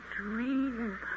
dream